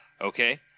okay